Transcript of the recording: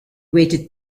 waited